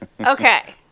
okay